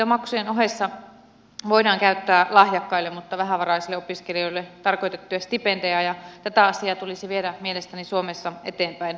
tutkintomaksujen ohessa voidaan käyttää lahjakkaille mutta vähävaraisille opiskelijoille tarkoitettuja stipendejä ja tätä asiaa tulisi viedä mielestäni suomessa eteenpäin